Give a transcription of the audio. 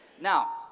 Now